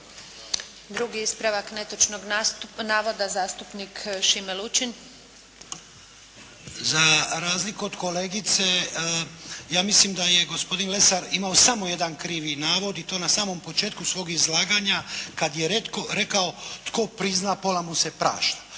Drugi ispravak netočnog navoda, zastupnik Šime Lučin. **Lučin, Šime (SDP)** Za razliku od kolegice ja mislim da je gospodin Lesar imao samo jedan krivi navod i to na samom početku svog izlaganja kada je rekao tko prizna pola mu se prašta.